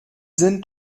sind